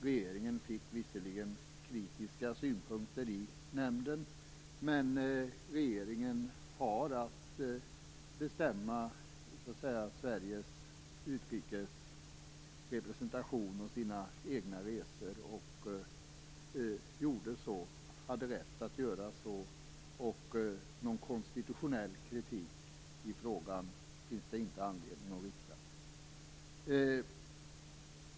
Regeringen fick visserligen kritiska synpunkter i nämnden, men regeringen har att bestämma Sveriges utrikes representation och sina egna resor. Den hade rätt att göra så. Någon konstitutionell kritik i frågan finns det inte anledning att rikta.